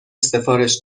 سفارش